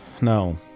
no